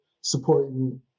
supporting